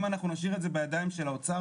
אם אנחנו נשאיר את זה בידיים של האוצר,